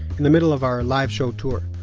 in the middle of our live show tour.